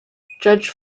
judge